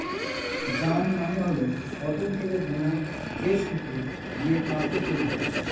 yarn মানে হল cotton থেকে বুনা যে সুতো দিয়ে কাপড় তৈরী হয়